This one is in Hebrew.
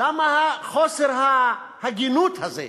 למה חוסר ההגינות הזה,